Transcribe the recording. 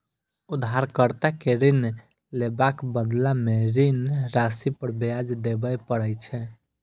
उधारकर्ता कें ऋण लेबाक बदला मे ऋण राशि पर ब्याज देबय पड़ै छै